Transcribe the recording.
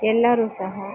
ಎಲ್ಲರೂ ಸಹ